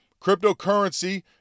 Cryptocurrency